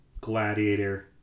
Gladiator